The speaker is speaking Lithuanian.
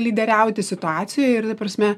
lyderiauti situacijoj ir ta prasme